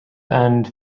earned